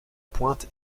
pointe